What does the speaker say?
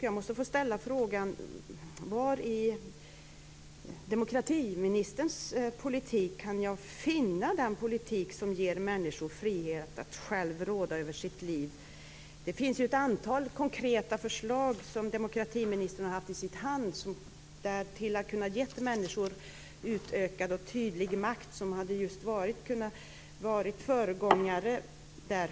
Jag måste få ställa frågan: Var i demokratiministerns politik kan jag finna det som ger människor frihet att själva råda över sina liv? Det finns ett antal konkreta förslag som demokratiministern har haft i sin hand. Det är förslag till att ge människor utökad och tydlig makt, som hade kunnat vara föregångare.